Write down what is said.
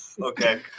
Okay